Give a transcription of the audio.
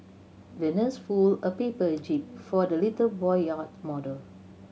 the nurse folded a paper jib for the little boy yacht model